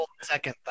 second